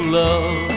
love